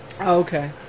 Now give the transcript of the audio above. Okay